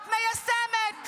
את מיישמת.